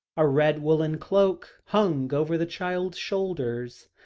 a red woollen cloak hung over the child's shoulders,